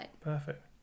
perfect